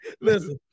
Listen